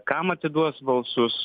kam atiduos balsus